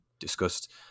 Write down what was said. discussed